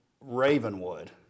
Ravenwood